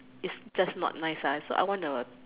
its just not nice so I want the